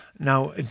Now